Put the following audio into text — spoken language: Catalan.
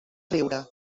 riure